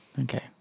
Okay